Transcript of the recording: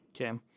Okay